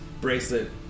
bracelet